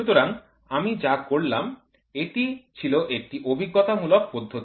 সুতরাং আমি যা করলাম এটি ছিল একটি অভিজ্ঞতামূলক পদ্ধতি